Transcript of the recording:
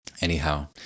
Anyhow